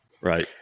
right